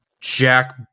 Jack